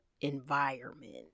environment